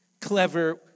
clever